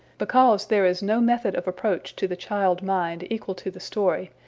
because there is no method of approach to the child mind equal to the story,